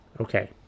Okay